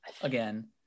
again